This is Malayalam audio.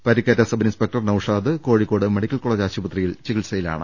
പരിക്കേറ്റ sub inspector Naushad Kozhikode medical college ആശുപത്രിയിൽ ചികിത്സയിലാണ്